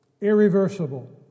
irreversible